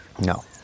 No